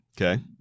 Okay